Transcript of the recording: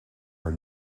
are